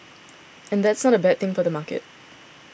and that's not a bad thing for the market